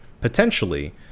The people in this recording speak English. Potentially